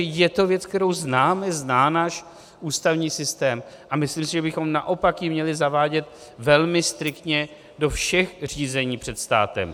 Je to věc, kterou zná náš ústavní systém, a myslím si, že bychom naopak ji měli zavádět velmi striktně do všech řízení před státem.